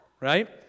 Right